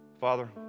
Father